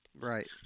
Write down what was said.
Right